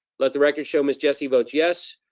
let the record show miss jessie votes yes.